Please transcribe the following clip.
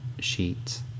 sheets